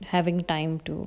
having time to